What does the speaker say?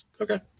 okay